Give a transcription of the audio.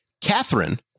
Catherine